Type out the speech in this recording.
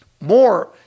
More